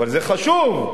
זה חשוב,